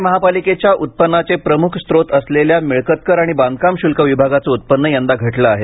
पुणे महापालिकेच्या उत्पन्नाचे प्रमुख स्रोत असलेल्या मिळकत कर आणि बांधकाम श्ल्क विभागाचं उत्पन्न यंदा घटलं आहे